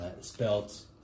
spelt